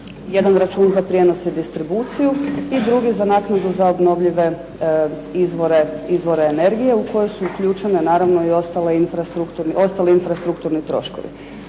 Jedan račun za prijenos i distribuciju i drugi za naknadu za obnovljive izvore energije, u koju su uključene naravno i ostali infrastrukturni troškovi.